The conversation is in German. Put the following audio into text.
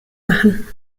machen